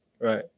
Right